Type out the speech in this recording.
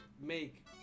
make